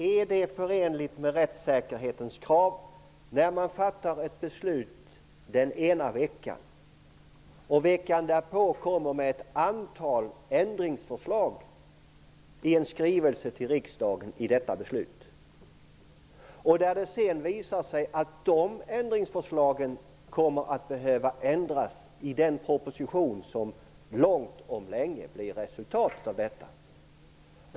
Är det förenligt med rättssäkerhetens krav när regeringen fattar ett beslut den ena veckan och veckan därpå kommer med ett antal ändringsförslag till detta beslut i en skrivelse till riksdagen? Sedan visar det sig att de ändringsförslagen kommer att behöva ändras i den proposition som långt om länge blir resultatet.